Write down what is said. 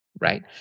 right